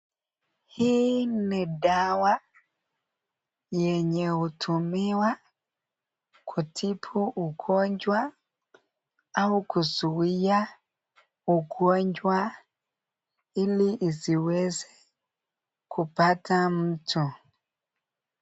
Hii ni dawa yenye hutumiwa kutibu ugonjwa au kuzuia ugonjwa hili isiweze kupata mtu.